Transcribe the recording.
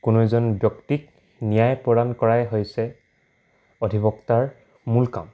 কোনো এজন ব্যক্তিক ন্যায় প্ৰদান কৰাই হৈছে অধিবক্তাৰ মূল কাম